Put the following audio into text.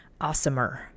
awesomer